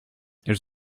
elles